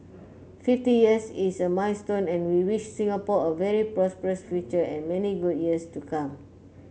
fifty years is a milestone and we wish Singapore a very prosperous future and many good years to come